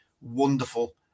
wonderful